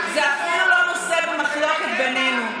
זה אפילו לא נושא במחלוקת בינינו.